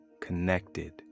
connected